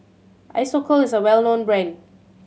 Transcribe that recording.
Isocal is a well known brand